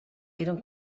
eren